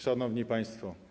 Szanowni Państwo!